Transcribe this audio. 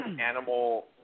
Animal